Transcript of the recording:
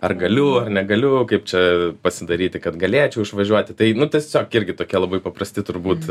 ar galiu ar negaliu kaip čia pasidaryti kad galėčiau išvažiuoti tai nu tiesiog irgi tokie labai paprasti turbūt